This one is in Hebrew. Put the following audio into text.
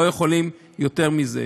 לא יכולים יותר מזה.